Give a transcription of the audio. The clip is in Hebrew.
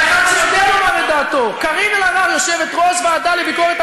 אני שואל, אני רק שואל.